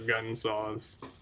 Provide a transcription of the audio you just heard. gunsaws